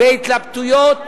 בהתלבטויות